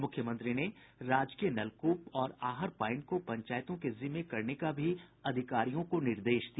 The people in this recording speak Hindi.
मुख्यमंत्री ने राजकीय नलक्प और आहर पाईन को पंचायतों के जिम्मे करने का भी अधिकारियों को निर्देश दिया